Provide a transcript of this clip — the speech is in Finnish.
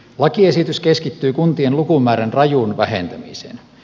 lakiesitys keskittyy kuntien lukumäärän rajuun vähentämiseen